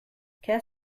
qu’est